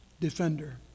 defender